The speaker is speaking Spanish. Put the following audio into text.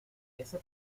ese